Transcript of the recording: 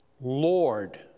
lord